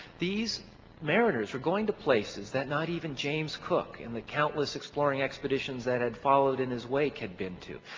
these mariners were going to places that not even james cook and the countless exploring expeditions that had followed in his wake had been to.